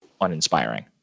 uninspiring